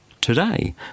today